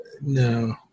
No